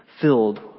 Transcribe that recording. filled